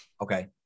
Okay